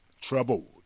troubled